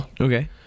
Okay